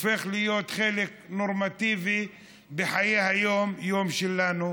הופך להיות חלק נורמטיבי בחיי היום-יום שלנו.